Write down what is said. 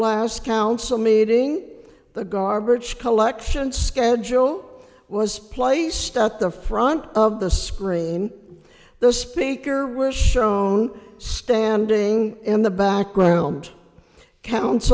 last council meeting the garbage collection schedule was placed at the front of the screen the speaker was shown standing in the background coun